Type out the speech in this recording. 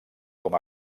com